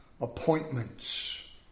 appointments